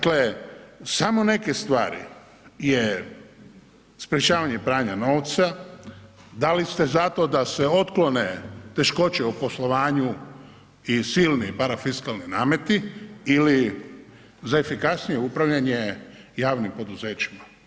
Dakle, samo neke stvari je sprečavanje pranja novca, da li ste zato da se otklone teškoće u poslovanju i silni parafiskalni nameti ili za efikasnije upravljanje javnim poduzećima.